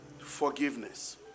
forgiveness